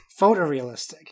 photorealistic